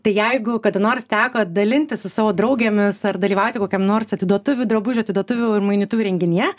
tai jeigu kada nors teko dalintis su savo draugėmis ar dalyvauti kokiam nors atiduotuvių drabužių atiduotuvių ir mainytuvių renginyje